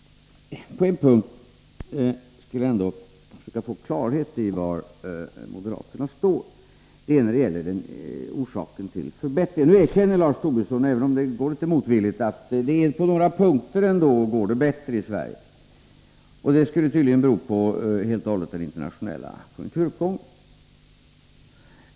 På en punkt skulle jag ändå vilja försöka få klarhet i var moderaterna står. Det är när det gäller orsaken till förbättringarna. Nu erkänner Lars Tobisson, även om det sker litet motvilligt, att det ändå på några punkter i dag går bättre i Sverige. Det skulle tydligen helt och hållet bero på den internationella konjunkturuppgången.